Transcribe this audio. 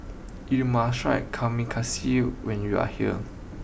you must try Kamameshi when you are here